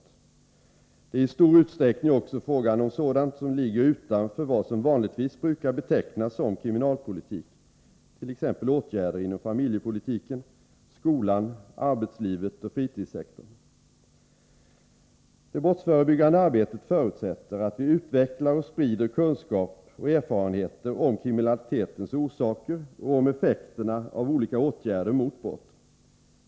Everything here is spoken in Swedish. Det är i stor utsträckning också fråga om sådant som ligger utanför vad som vanligtvis brukar betecknas som kriminalpolitik, t.ex. åtgärder inom familjepolitiken, skolan, arbetslivet och fritidssektorn. Det brottsförebyggande arbetet förutsätter att vi utvecklar och sprider kunskap och erfarenhet om kriminalitetens orsaker och om effekterna av olika åtgärder mot brott.